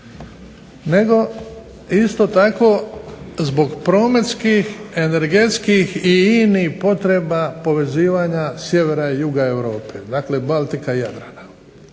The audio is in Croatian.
nego isto tako zbog prometskih, energetskih i inih potreba povezivanja sjevera i juga Europe, dakle Baltika i Jadrana.